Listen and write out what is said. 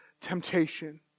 temptation